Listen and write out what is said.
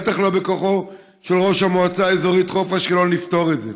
ובטח לא בכוחו של ראש המועצה האזורית חוף אשקלון לפתור את זה.